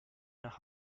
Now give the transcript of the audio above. nach